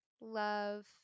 love